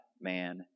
man